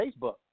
Facebook